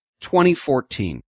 2014